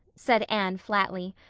said anne flatly.